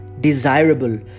desirable